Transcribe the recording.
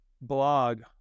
blog